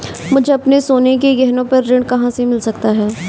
मुझे अपने सोने के गहनों पर ऋण कहाँ से मिल सकता है?